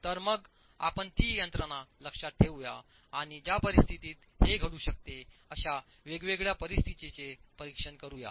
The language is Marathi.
तर मग आपण ती यंत्रणा लक्षात ठेवूया आणि ज्या परिस्थितीत हे घडू शकते अशा वेगवेगळ्या परिस्थितीचे परीक्षण करूया